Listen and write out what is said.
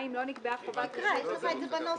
קוסאי, תקרא, יש לך את זה בנוסח.